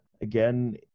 again